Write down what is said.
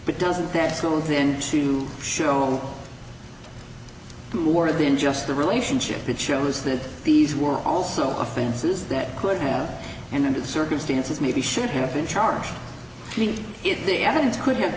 but doesn't that school then to show more than just the relationship that shows that these were also offenses that could and under the circumstances maybe should have been charged in it the evidence could have